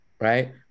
right